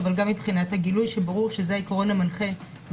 גם מבחינת הגילוי שברור שזה עיקרון המנחה.